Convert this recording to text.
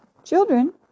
Children